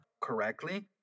correctly